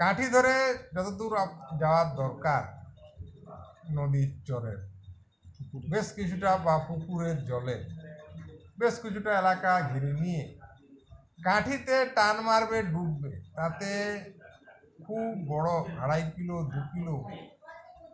কাঠি ধরে যতো দূর আপ যাওয়ার দরকার নদীর চড়ের বেশ কিছুটা বা পুকুরের জলে বেশ কিছুটা এলাকা ঘিরে নিয়ে কাঠিতে টান মারবে ডুববে তাতে খুব বড়ো আড়াই কিলো দু কিলো